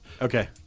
Okay